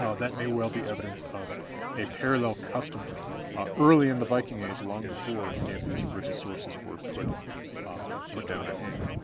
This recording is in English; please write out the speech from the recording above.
ah that may well be evidence of a parallel custom early in the viking age, long before any of these written sources were put put down in ink.